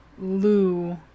Lou